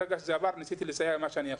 ברגע שזה עבר ניסיתי לסייע במה שאני יכול.